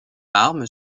arme